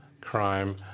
crime